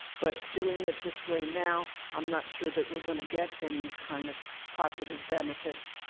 but doing it this way now i'm not sure that we're going to get any kind of positive benefits.